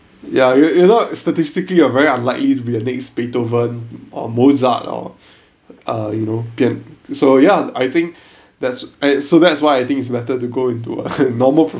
ya you you know statistically you're very unlikely to be the next beethoven or mozart or uh you know pian~ so ya I think that's and so that's why I think it's better to go into a normal